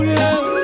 love